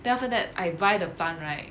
then after that I buy the plant right